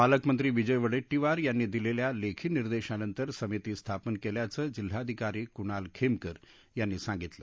पालकमंत्री विजय वडेट्टीवार यांनी दिलेल्या लेखी निर्देशांनंतर समिती स्थापन केल्याचं जिल्हाधिकारी कुणाल खेमनार यांनी सांगितलं